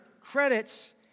credits